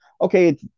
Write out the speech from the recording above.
okay